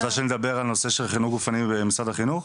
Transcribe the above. את רוצה שנדבר על פעילות גופנית ומשרד החינוך?